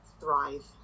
thrive